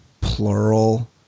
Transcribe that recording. plural